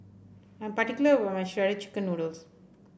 I'm particular about my Shredded Chicken Noodles